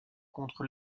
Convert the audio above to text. contre